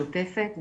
שוטפת,